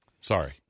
Sorry